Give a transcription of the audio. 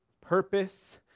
purpose